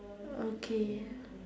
okay